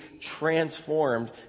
transformed